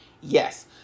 Yes